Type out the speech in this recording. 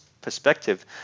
perspective